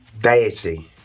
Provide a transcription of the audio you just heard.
deity